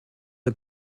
are